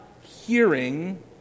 hearing